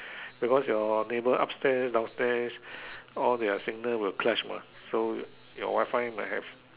because your neighbour upstairs downstairs all their signal will clash mah so your Wifi might have